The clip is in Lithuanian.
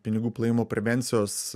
pinigų plovimo prevencijos